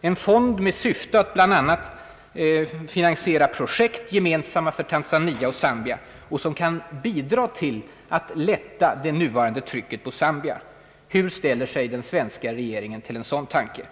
en fond med syfte att bl.a. finansiera projekt, som är gemensamma för Tanzania och Zambia och som kan bidra till att lätta det nuvarande trycket på Zambia. Hur ställer sig den svenska regeringen till en sådan tanke?